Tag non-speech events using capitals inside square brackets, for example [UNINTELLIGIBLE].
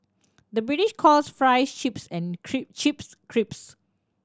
the British calls fries chips and [UNINTELLIGIBLE] chips crisps